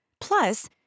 Plus